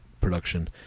production